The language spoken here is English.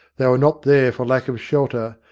they were not there for lack of shelter,